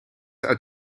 uit